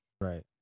Right